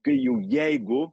kai jau jeigu